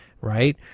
right